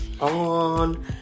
on